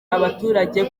abaturage